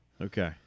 Okay